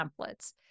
templates